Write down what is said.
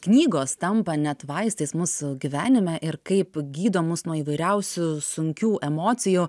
knygos tampa net vaistais mūsų gyvenime ir kaip gydo mus nuo įvairiausių sunkių emocijų